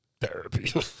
Therapy